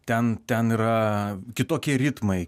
ten ten yra kitokie ritmai